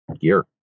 gear